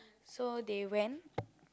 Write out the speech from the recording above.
so they went